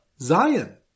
Zion